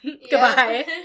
goodbye